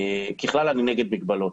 ככלל, אני נגד מגבלות.